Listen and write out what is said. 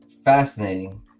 fascinating